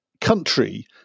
country